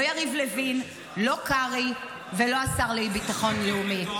לא יריב לוין, לא קרעי ולא השר לביטחון לאומי.